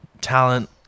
talent